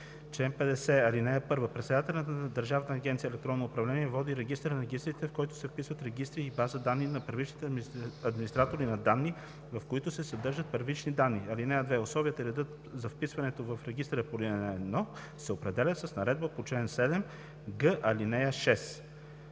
Чл. 50. (1) Председателят на Държавна агенция „Електронно управление“ води регистър на регистрите, в който се вписват регистри и бази данни на първичните администратори на данни, в които се съдържат първични данни. (2) Условията и редът за вписването в регистъра по ал. 1 се определят с наредбата по чл. 7г, ал. 6.“